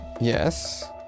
Yes